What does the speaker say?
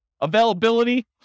Availability